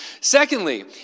Secondly